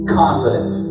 confident